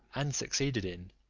and succeeded in,